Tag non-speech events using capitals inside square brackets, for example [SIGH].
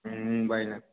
[UNINTELLIGIBLE]